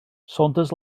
saunders